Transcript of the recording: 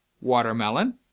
watermelon